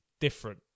different